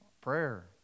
prayer